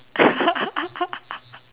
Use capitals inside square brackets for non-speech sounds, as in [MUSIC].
[LAUGHS]